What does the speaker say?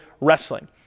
wrestling